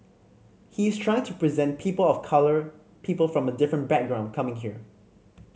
he's trying to present people of colour people from a different background coming here